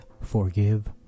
forgive